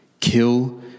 kill